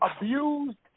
abused